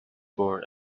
born